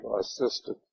assisted